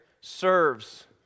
serves